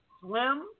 swim